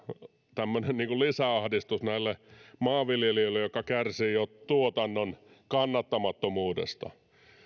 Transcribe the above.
tämmöinen lisäahdistus näille maanviljelijöille jotka kärsivät jo tuotannon kannattamattomuudesta